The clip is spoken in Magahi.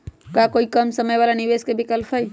का कोई कम समय वाला निवेस के विकल्प हई?